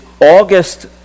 August